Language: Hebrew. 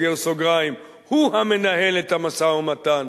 הוא המנהל את המשא-ומתן.